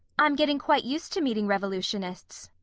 i'm getting quite used to meeting revolutionists.